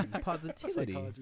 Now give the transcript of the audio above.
positivity